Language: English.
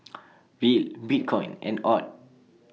Riel Bitcoin and Aud